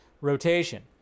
rotation